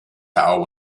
tower